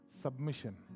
submission